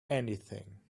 anything